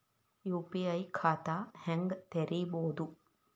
UPI ಖಾತಾ ಹೆಂಗ್ ತೆರೇಬೋದು?